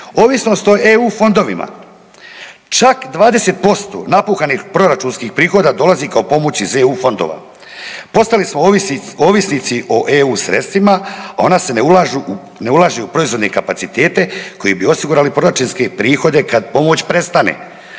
Ovisnost o EU fondovima. Čak 20% napuhanih proračunskih prihoda dolazi kao pomoć iz EU fondova. Postali smo ovisnici o EU sredstvima a ona se ne ulažu u proizvodne kapacitet kojima bi osigurali proračunske prihode kad pomoć prestane.